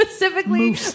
specifically